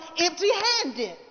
empty-handed